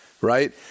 right